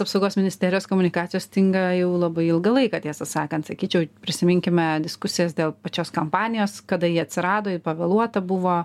apsaugos ministerijos komunikacijos stinga jau labai ilgą laiką tiesą sakant sakyčiau prisiminkime diskusijas dėl pačios kampanijos kada ji atsirado ji pavėluota buvo